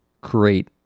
create